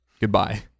goodbye